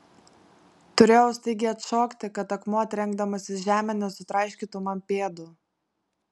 turėjau staigiai atšokti kad akmuo trenkdamasis žemėn nesutraiškytų man pėdų